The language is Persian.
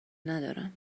ندارم